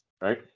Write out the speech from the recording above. Right